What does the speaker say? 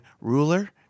ruler